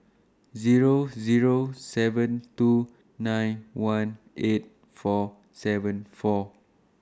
Zero Zero seven two nine one eight four seven four